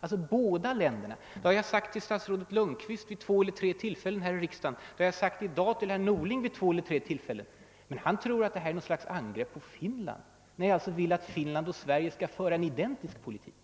Alltså båda länderna — det har jag sagt till stats rådet Lundkvist vid två eller tre tillfällen här i riksdagen. Och det har jag sagt till herr Norling vid två eller tre tillfällen i dag. Men herr Norling tror att det här är något slags angrepp på Finland när jag alltså vill att Sverige och Finland skall föra en identisk politik!